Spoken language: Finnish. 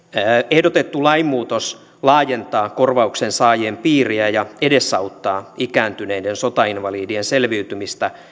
ehdotettu lainmuutos laajentaa korvauksen saajien piiriä ja edesauttaa ikääntyneiden sotainvalidien selviytymistä